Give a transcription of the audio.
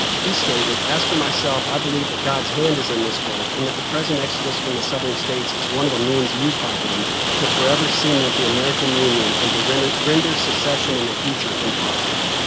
he stated, as for myself, i believe that god's hand is in this work and that the president exodus from the southern states is one of the means used by him to forever cement the american union and render render secession in the future impossible.